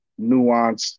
nuanced